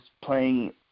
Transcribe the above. playing